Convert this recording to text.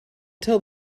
tell